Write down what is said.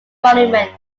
monument